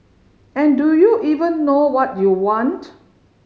and do you even know what you want